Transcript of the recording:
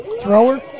thrower